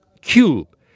Cube